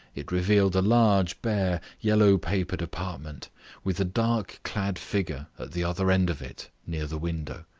it revealed a large, bare, yellow-papered apartment with a dark-clad figure at the other end of it near the window.